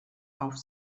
auf